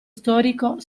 storico